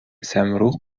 сәмруг